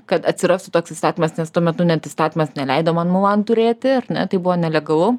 kad atsirastų toks įstatymas nes tuo metu net įstatymas neleido man mulan turėti ar ne tai buvo nelegalu